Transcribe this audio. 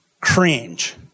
cringe